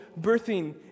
birthing